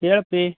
ಹೇಳಪ್ಪೀ